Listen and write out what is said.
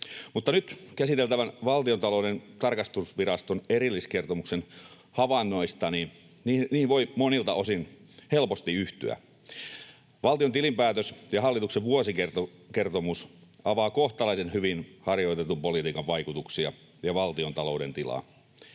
Mutta nyt käsiteltävän Valtiontalouden tarkastusviraston erilliskertomuksen havainnoistani: Niihin voi monilta osin helposti yhtyä. Valtion tilinpäätös ja hallituksen vuosikertomus avaavat kohtalaisen hyvin harjoitetun politiikan vaikutuksia ja valtiontalouden tilaa.